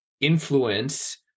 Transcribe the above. influence